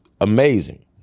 amazing